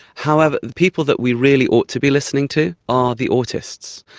however, the people that we really ought to be listening to are the autists.